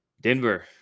Denver